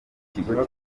ikigo